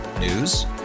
News